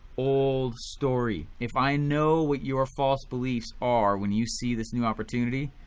old story, if i know what your false beliefs are when you see this new opportunity,